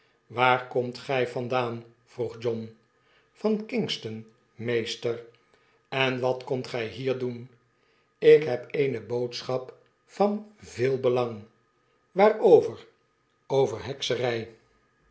waar komt gy vandaan vroeg john vankingston meester en wat komt gy hier doen ik heb eene boodschap van veel belang waarover over heksery